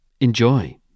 Enjoy